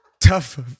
tough